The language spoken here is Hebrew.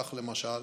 כך, למשל,